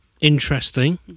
Interesting